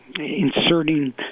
inserting